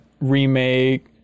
remake